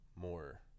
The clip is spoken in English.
more